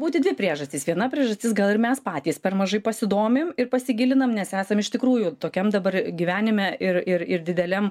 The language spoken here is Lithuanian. būti dvi priežastys viena priežastis gal ir mes patys per mažai pasidomim ir pasigilinam nes esam iš tikrųjų tokiam dabar gyvenime ir ir ir dideliam